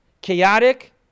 chaotic